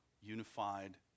unified